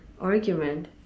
argument